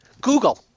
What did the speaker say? Google